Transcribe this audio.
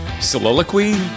soliloquy